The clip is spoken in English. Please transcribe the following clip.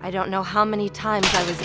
i don't know how many times i was